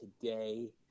today